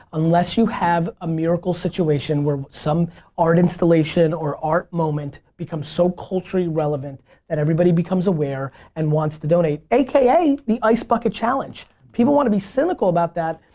unless you have a miracle situation where some art installation or art moment become so culturally relevant that everybody becomes aware and i wants to donate a k a. the ice bucket challenge. people want to be cynical about that,